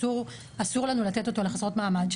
אסור לנו לתת אותו לחסרות מעמד,